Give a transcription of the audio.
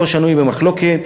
לא שנוי במחלוקת,